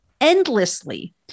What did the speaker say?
endlessly